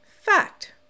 Fact